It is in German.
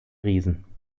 riesen